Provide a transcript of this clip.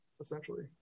essentially